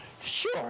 sure